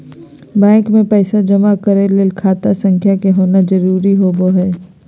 bank मे पैसा जमा करय ले खाता संख्या के होना जरुरी होबय हई